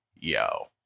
yo